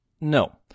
No